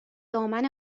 دامن